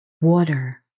water